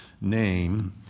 name